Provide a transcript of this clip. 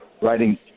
writing